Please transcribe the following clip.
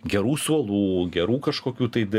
gerų suolų gerų kažkokių tai